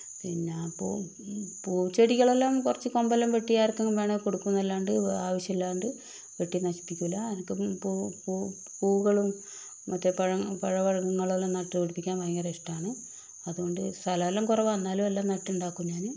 പിന്നെ പൂ പൂച്ചെടികളെല്ലാം കുറച്ച് കമ്പെല്ലാം വെട്ടി ആർക്കെങ്കിലും വേണേൽ കൊടുക്കുംന്നല്ലാണ്ട് ആവശ്യമില്ലാണ്ട് വെട്ടി നശിപ്പിക്കൂല്ല എനിക്ക് പൂ പൂ പൂക്കളും മറ്റ് പഴ പഴവർഗ്ഗങ്ങളും മറ്റ് നട്ട് പിടിപ്പിക്കാൻ വളരെ ഇഷ്ട്ടമാണ് അതുകൊണ്ടു സ്ഥലോ എല്ലാം കുറവാണ് എന്നാലും എല്ലാം നാട്ടുണ്ടാക്കും ഞാൻ